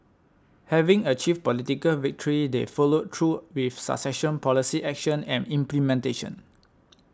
having achieved political victory they followed through with successful policy action and implementation